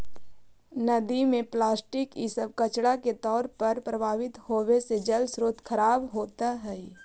नदि में प्लास्टिक इ सब कचड़ा के तौर पर प्रवाहित होवे से जलस्रोत खराब होइत हई